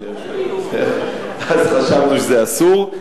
אז חשבנו שזה אסור.